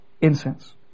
incense